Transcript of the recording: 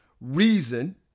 reason